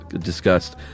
discussed